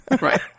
Right